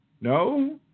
No